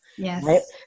Yes